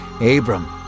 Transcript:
Abram